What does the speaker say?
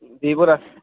Vivo Rakhi